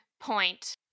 point